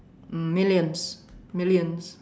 um millions millions